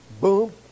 boom